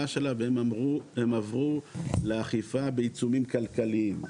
שלה והם עברו לאכיפה בעיצומים כלכליים.